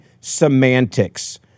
semantics